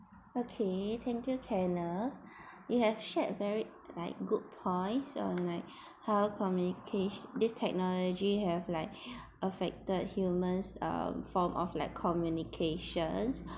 okay thank you kenneth you have shared very like good points so on like how communicat~ this technology has like affected human uh form of like communication